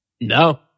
No